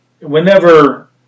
whenever